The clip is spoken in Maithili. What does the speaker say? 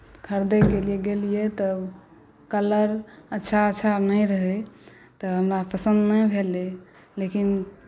खरिदैके लिए गेलियै तऽ कलर अच्छा अच्छा नहि रहै तऽ हमरा पसन्द नहि भेलै लेकिन